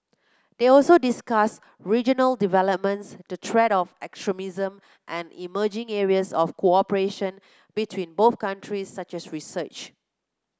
they also discuss regional developments the threat of extremism and emerging areas of cooperation between both countries such as research